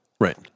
Right